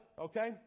Okay